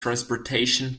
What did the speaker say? transportation